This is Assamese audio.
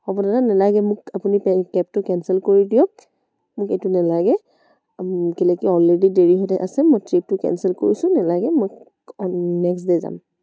হ'ব দাদা নালাগে মোক আপুনি এই কেবটো কেঞ্চেল কৰি দিয়ক মোক এইটো নেলাগে কেলৈ কি মোৰ অলৰেডি দেৰি হৈ আছে ট্ৰিপটো কেঞ্চেল কৰিছোঁ নালাগে মই নেক্সট ডে' যাম